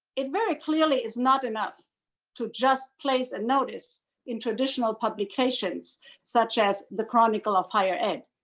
it very clearly is not enough to just place a notice in traditional publications such as the chronicle of higher ed.